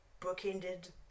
bookended